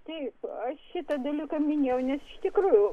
taip aš šitą dalyką minėjau nes iš tikrųjų